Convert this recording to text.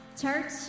Church